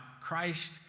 Christ